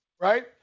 right